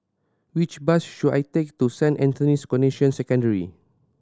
which bus should I take to Saint Anthony's Canossian Secondary